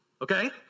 okay